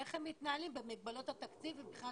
איך הם מתנהלים במגבלות התקציב ומבחינת